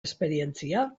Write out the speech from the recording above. esperientzia